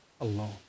alone